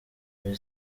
kuri